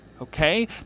Okay